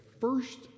first